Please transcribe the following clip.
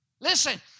Listen